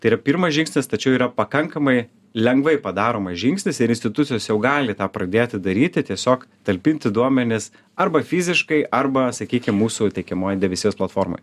tai yra pirmas žingsnis tačiau yra pakankamai lengvai padaromas žingsnis ir institucijos jau gali tą pradėti daryti tiesiog talpinti duomenis arba fiziškai arba sakykim mūsų teikiamoj debesijos platformoj